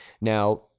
Now